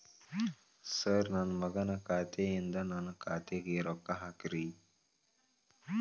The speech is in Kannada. ಸರ್ ನನ್ನ ಮಗನ ಖಾತೆ ಯಿಂದ ನನ್ನ ಖಾತೆಗ ರೊಕ್ಕಾ ಹಾಕ್ರಿ